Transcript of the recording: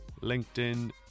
LinkedIn